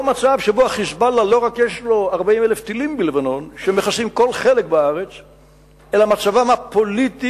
אתה תראה מה עם ההסכם של 1701, הסכם הפסקת האש